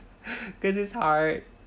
this is hard